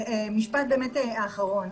משפט אחרון.